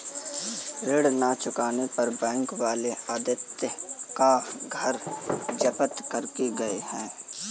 ऋण ना चुकाने पर बैंक वाले आदित्य का घर जब्त करके गए हैं